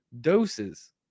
doses